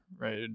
right